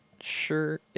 sure